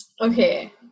Okay